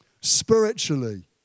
spiritually